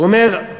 הוא אומר: